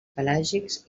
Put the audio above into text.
pelàgics